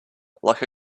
like